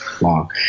long